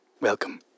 Welcome